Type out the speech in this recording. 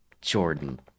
Jordan